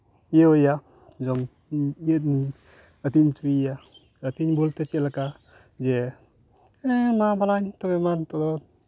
ᱤᱭᱟᱹᱣᱟᱭᱟ ᱡᱚᱢ ᱟᱹᱛᱤᱧ ᱦᱚᱪᱚᱭᱮᱭᱟ ᱟᱹᱛᱤᱧ ᱵᱚᱞᱛᱮ ᱪᱮᱫᱞᱮᱠᱟ ᱡᱮ ᱢᱟ ᱵᱟᱞᱟᱧ ᱛᱚᱵᱮ ᱢᱟ ᱱᱤᱛᱳᱜ ᱫᱚ